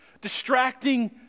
distracting